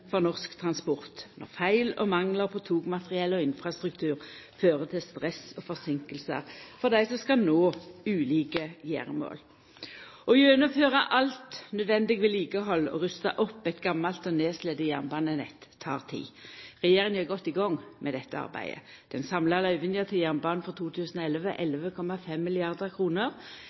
for norsk transport når feil og manglar på togmateriell og infrastruktur fører til stress og forseinkingar for dei som skal nå ulike gjeremål. Å gjennomføra alt nødvendig vedlikehald og rusta opp eit gamalt og nedslite jernbanenett tek tid. Regjeringa er godt i gang med dette arbeidet. Den samla løyvinga til jernbanen for 2011 er 11,5